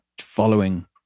following